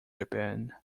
japan